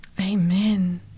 Amen